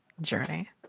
journey